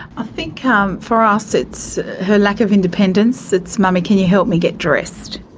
i think um for us it's her lack of independence, it's, mummy, can you help me get dressed?